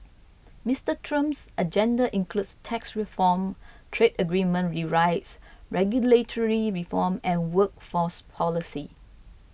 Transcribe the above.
Mister Trump's agenda includes tax reform trade agreement rewrites regulatory reform and workforce policy